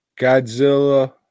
Godzilla